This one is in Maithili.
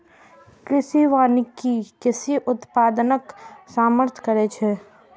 कृषि वानिकी कृषि उत्पादनक समर्थन करै छै